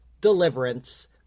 deliverance